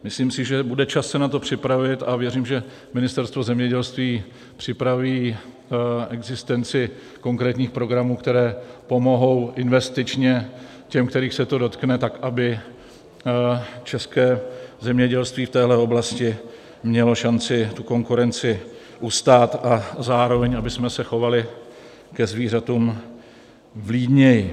Myslím, že bude čas se na to připravit, a věřím, že Ministerstvo zemědělství připraví existenci konkrétních programů, které pomohou investičně těm, kterých se to dotkne, tak aby české zemědělství v téhle oblasti mělo šanci tu konkurenci ustát a zároveň abychom se chovali ke zvířatům vlídněji.